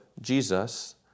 Jesus